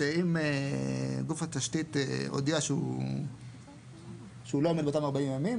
שאם גוף התשתית הודיע שהוא לא עומד באותם 40 ימים,